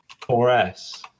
4S